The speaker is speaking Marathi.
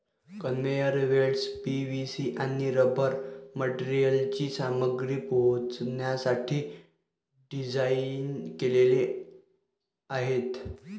कन्व्हेयर बेल्ट्स पी.व्ही.सी आणि रबर मटेरियलची सामग्री पोहोचवण्यासाठी डिझाइन केलेले आहेत